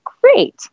great